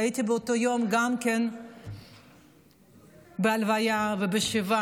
שהייתי באותו יום גם בהלוויה ובשבעה,